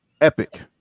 Epic